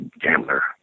gambler